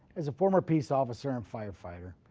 as a former peace officer and firefighter,